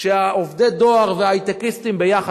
שעובדי הדואר וההיי-טקיסטים יחד,